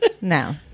No